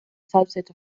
subset